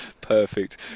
Perfect